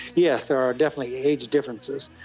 yes, there are definitely age differences.